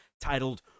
titled